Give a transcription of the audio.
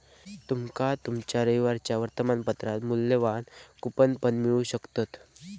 तुमका तुमच्या रविवारच्या वर्तमानपत्रात मुल्यवान कूपन पण मिळू शकतत